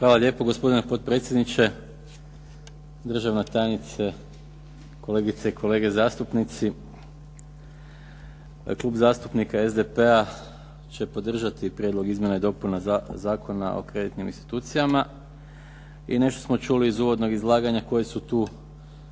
Hvala lijepo, gospodine potpredsjedniče. Državna tajnice, kolegice i kolege zastupnici. Klub zastupnika SDP-a će podržati Prijedlog izmjena i dopuna Zakona o kreditnim institucijama i nešto smo čuli iz uvodnog izlaganja koje se tu